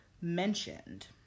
mentioned